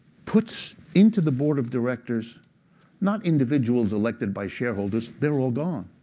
puts into the board of directors not individuals elected by shareholders. they're all gone.